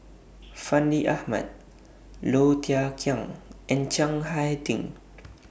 Fandi Ahmad Low Thia Khiang and Chiang Hai Ding